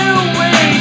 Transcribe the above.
away